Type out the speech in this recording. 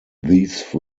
these